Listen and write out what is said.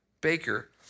baker